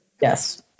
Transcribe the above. Yes